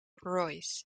royce